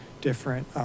different